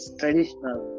traditional